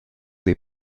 des